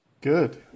Good